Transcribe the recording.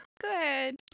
Good